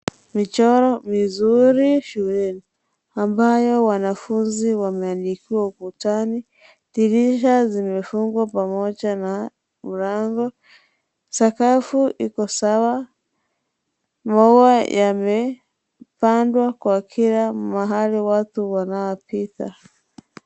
Michoro mizuri shuleni ambayo wanafunzi wameandikiwa ukutani dirisha zimefungwa pamoja na mlango, sakafu iko sawa, maua yamepandwa kuanzia mahali watu wanapita.